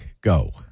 Go